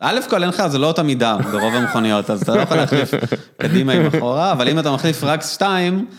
א' כל אין לך זה לא אותה מידה ברוב המכוניות אז אתה לא יכול להחליף קדימה עם אחורה אבל אם אתה מחליף רק שתיים